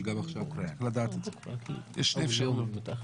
יש שתי אפשרויות,